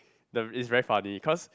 it's very funny cause